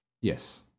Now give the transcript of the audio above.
Yes